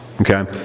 okay